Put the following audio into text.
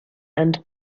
and